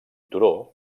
turó